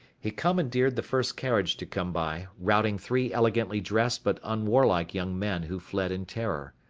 he commandeered the first carriage to come by, routing three elegantly dressed but unwarlike young men who fled in terror.